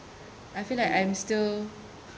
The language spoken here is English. I feel like I am still